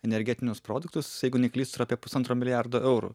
energetinius produktus jeigu neklystu yra apie pusantro milijardo eurų